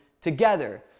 together